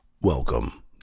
Welcome